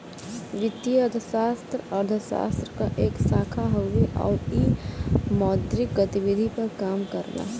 वित्तीय अर्थशास्त्र अर्थशास्त्र क एक शाखा हउवे आउर इ मौद्रिक गतिविधि पर काम करला